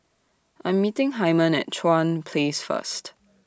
I'm meeting Hyman At Chuan Place First